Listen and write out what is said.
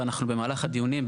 ואנחנו במהלך הדיונים,